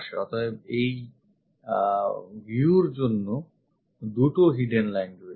অতএব এই view র জন্য দু'টো লুকোনো line রয়েছে